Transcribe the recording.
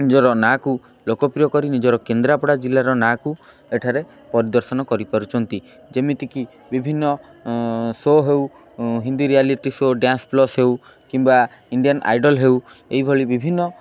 ନିଜର ନାଁକୁ ଲୋକପ୍ରିୟ କରି ନିଜର କେନ୍ଦ୍ରାପଡ଼ା ଜିଲ୍ଲାର ନାଁକୁ ଏଠାରେ ପରିଦର୍ଶନ କରିପାରୁଛନ୍ତି ଯେମିତିକି ବିଭିନ୍ନ ସୋ ହେଉ Hindi reality show dance plus ହେଉ କିମ୍ବା ଇଣ୍ଡିଆନ୍ ଆଇଡଲ୍ ହେଉ ଏହିଭଳି ବିଭିନ୍ନ